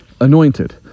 anointed